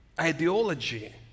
ideology